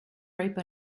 ripe